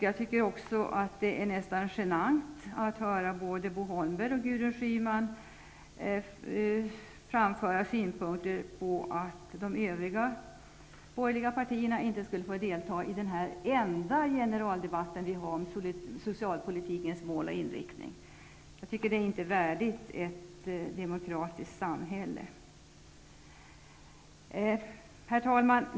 Jag tycker att det är nästan genant att höra Bo Holmberg och Gudrun Schyman framföra synpunkten att de övriga borgerliga partierna inte skulle få delta i den enda generaldebatt vi har om socialpolitikens mål och inriktning. Det är inte värdigt ett demokratiskt samhälle.